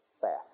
Fast